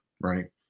right